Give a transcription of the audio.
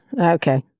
Okay